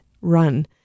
run